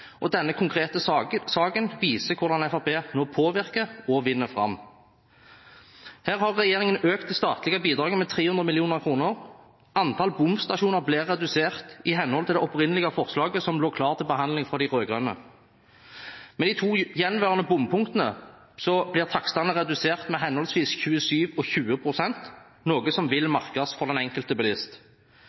og denne konkrete saken viser hvordan Fremskrittspartiet nå påvirker og vinner fram. Her har regjeringen økt det statlige bidraget med 300 mill. kr, og antall bomstasjoner blir redusert i henhold til det opprinnelige forslaget som lå klar til behandling fra de rød-grønne. Ved de to gjenværende bompunktene blir takstene redusert med henholdsvis 27 pst. og 20 pst., noe som vil merkes for den enkelte bilist.